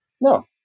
No